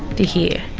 to hear.